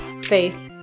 faith